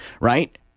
right